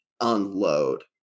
unload